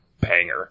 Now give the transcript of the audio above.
banger